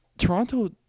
Toronto